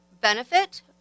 benefit